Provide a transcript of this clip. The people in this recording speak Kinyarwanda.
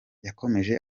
yakomeje